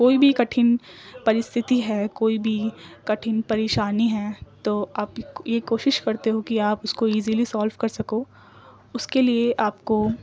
کوئی بھی کٹھن پرستھتی ہے کوئی بھی کٹھن پریشانی ہے تو آپ یہ کوشش کرتے ہو کہ آپ اس کو ایزیلی سولو کر سکو اس کے لیے آپ کو